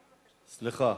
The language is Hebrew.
סליחה.